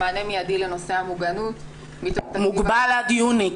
מענה מידי לנושא המוגנות -- מוגבל עד יוני.